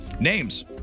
names